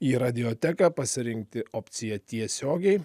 į radioteką pasirinkti opciją tiesiogiai